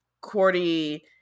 Cordy